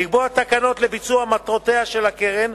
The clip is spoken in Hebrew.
לקבוע תקנות לביצוע מטרותיה של הקרן.